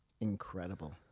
incredible